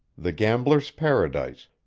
the gamblers' paradise,